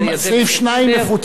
סעיף 2 מפוצל,